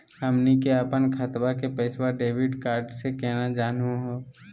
हमनी के अपन खतवा के पैसवा डेबिट कार्ड से केना जानहु हो?